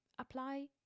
apply